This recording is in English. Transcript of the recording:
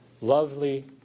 Lovely